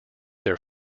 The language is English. their